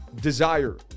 desire